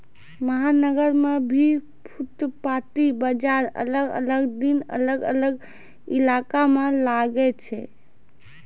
महानगर मॅ भी फुटपाती बाजार अलग अलग दिन अलग अलग इलाका मॅ लागै छै